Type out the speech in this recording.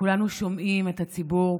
כולנו שומעים את הציבור,